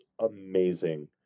amazing